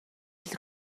хэл